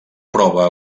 prova